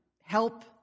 help